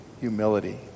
humility